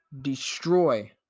destroy